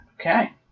Okay